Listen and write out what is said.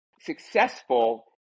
successful